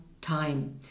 time